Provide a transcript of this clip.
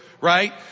right